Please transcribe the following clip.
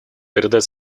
передать